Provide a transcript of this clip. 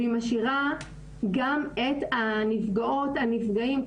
והיא משאירה גם את הנפגעות והנפגעים,